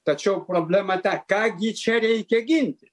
tačiau problema ta ką gi čia reikia ginti